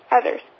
others